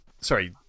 sorry